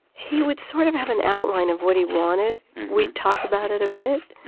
he would sort of have an outline of what he wanted. we'd talk about it a bit.